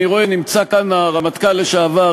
אני רואה שנמצא כאן הרמטכ"ל לשעבר,